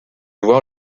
voir